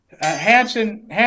Hanson